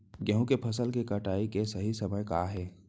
गेहूँ के फसल के कटाई के सही समय का हे?